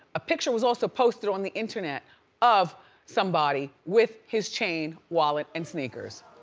a picture was also posted on the internet of somebody with his chain, wallet and sneakers.